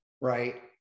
right